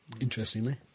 Interestingly